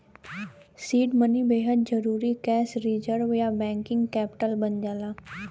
seed money बेहद जरुरी cash reserve या वर्किंग कैपिटल बन जाला